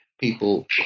People